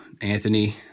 Anthony